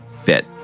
Fit